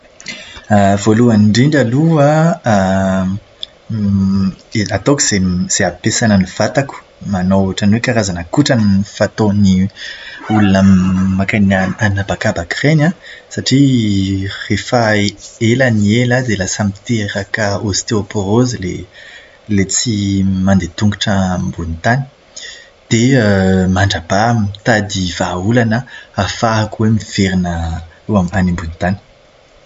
Voalohany indrindra aloha an, ataoko izay ampiasàna ny vatako, manao ohatran'ny hoe karazana kotrana fataon'ny olona mankeny anabakabaka ireny an, satria rehefa ela ny ela dia miteraka ostéoporose ilay ilay tsy mandeha tongotra ambonin'ny tany. Dia mandrapaha, mitady vahaolana aho ahafahako hoe miverina any ambony tany.